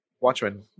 Watchmen